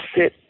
sit